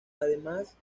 además